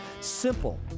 Simple